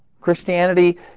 Christianity